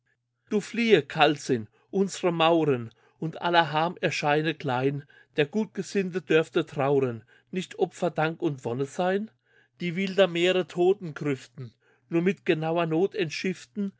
du fliehe kaltsinn unsre mauren und aller harm erscheine klein der gutgesinnte dürfte trauren nicht opfer dank und wonne sein die wilder meere todtengrüften nur mit genauer